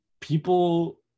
people